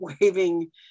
waving